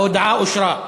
ההודעה אושרה.